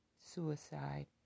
suicide